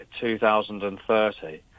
2030